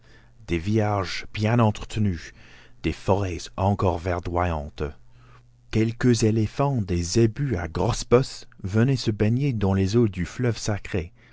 des villages bien entretenus des forêts encore verdoyantes quelques éléphants des zébus à grosse bosse venaient se baigner dans les eaux du fleuve sacré